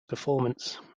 performance